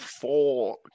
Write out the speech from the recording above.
four